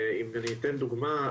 אם אני אתן דוגמה,